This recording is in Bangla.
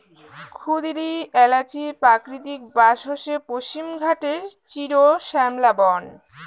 ক্ষুদিরী এ্যালাচির প্রাকৃতিক বাস হসে পশ্চিমঘাটের চিরশ্যামলা বন